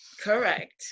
Correct